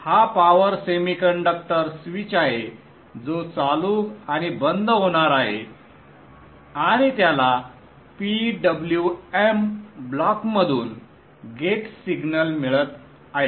हा power semiconductor switch आहे जो चालू आणि बंद होणार आहे आणि त्याला PWM ब्लॉकमधून गेट सिग्नल मिळत आहे